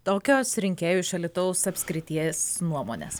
tokios rinkėjų iš alytaus apskrities nuomonės